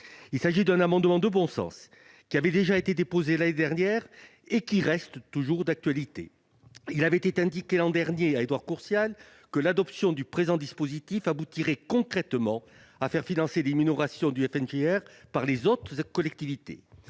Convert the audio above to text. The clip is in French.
Il s'agit d'un amendement de bon sens. Déjà déposé l'année dernière, il reste d'actualité. Il avait été indiqué à M. Courtial que l'adoption du présent dispositif aboutirait concrètement à faire financer les minorations du FNGIR par les autres collectivités.